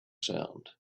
sound